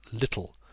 little